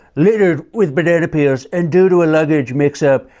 littered with banana peels. and due to a luggage mix-up,